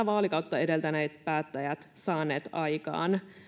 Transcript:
vaalikautta edeltäneet päättäjät saaneet aikaan